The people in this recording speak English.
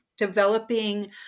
developing